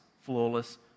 flawless